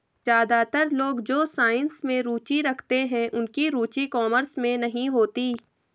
ज्यादातर लोग जो साइंस में रुचि रखते हैं उनकी रुचि कॉमर्स में नहीं होती